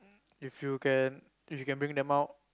if you can if you can bring them out